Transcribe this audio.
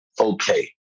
okay